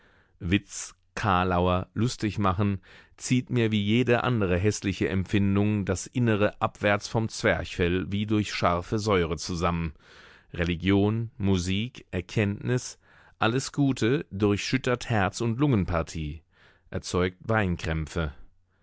witz kalauer lustigmachen zieht mir wie jede andere häßliche empfindung das innere abwärts vom zwerchfell wie durch scharfe säure zusammen religion musik erkenntnis alles gute durchschüttert herz und lungenpartie erzeugt weinkrämpfe